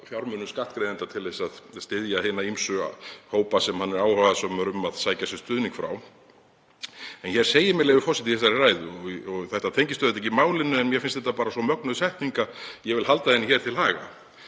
fjármunum skattgreiðenda til að styðja hina ýmsu hópa sem hann er áhugasamur um að sækja sér stuðning frá, að vitna í það sem segir hér í þessari ræðu — þetta tengist auðvitað ekki málinu en mér finnst þetta bara svo mögnuð setning að ég vil halda henni til haga.